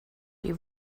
die